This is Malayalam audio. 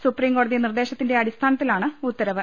സുപ്രീംകോടതി നിർദേശത്തിന്റെ അടിസ്ഥാനത്തിലാണ് ഉത്തരവ്